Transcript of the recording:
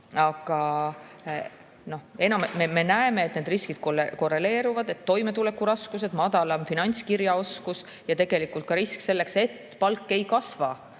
Aga me näeme, et need riskid korreleeruvad, on toimetulekuraskused, madalam finantskirjaoskus ja tegelikult ka risk selleks, et palk ei kasva